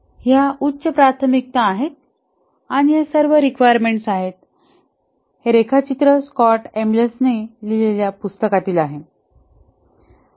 ह्या उच्च प्राथमिकता आहेत आणि या सर्व रिक्वायरमेंट्स आहेत हे रेखाचित्र स्कॉट एम्बलर्सने लिहिलेल्या पुस्तकातील आहे